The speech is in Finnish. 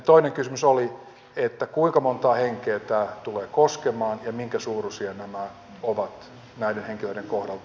toinen kysymys oli kuinka monta henkeä tämä tulee koskemaan ja minkä suuruisia nämä ovat näiden henkilöiden kohdalta